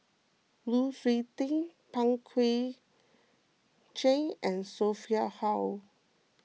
Lu Suitin Pang Guek Cheng and Sophia Hull